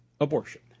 abortion